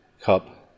cup